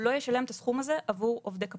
ישלם את הסכום הזה עבור עובדי כפיים.